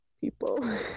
people